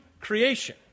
creation